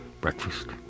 breakfast